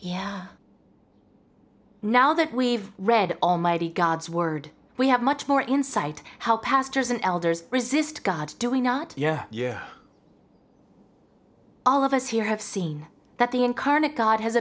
yeah now that we've read almighty god's word we have much more insight how pastors and elders resist god do we not yeah yeah all of us here have seen that the incarnate god has